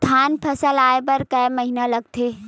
धान फसल आय बर कय महिना लगथे?